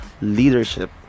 leadership